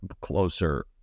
closer